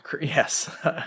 Yes